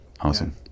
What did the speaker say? awesome